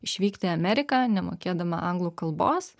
išvykti į ameriką nemokėdama anglų kalbos